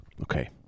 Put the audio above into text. Okay